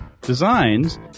designs